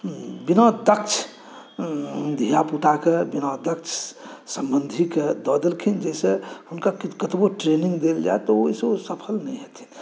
बिना दक्ष धिया पुताके बिना दक्ष सम्बन्धीके दऽ देलखिन जाहिसँ हुनका कतबो ट्रेनिंग देल जाए तऽ ओहिसँ ओ सफल नहि हेथिन